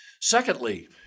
Secondly